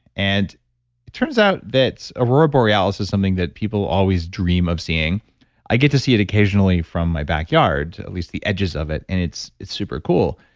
and it turns out that aurora borealis is something that people always dream of seeing i get to see it occasionally from my backyard at least the edges of it, and it's it's super cool.